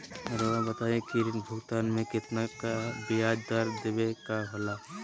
रहुआ बताइं कि ऋण भुगतान में कितना का ब्याज दर देवें के होला?